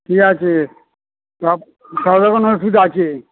ঠিক আছে অসুবিধা আছে